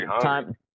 time